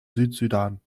südsudan